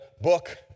book